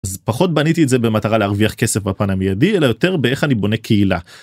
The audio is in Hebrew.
פחות בניתי את זה במטרה להרוויח כסף בפן המיידי אלא יותר באיך אני בונה קהילה.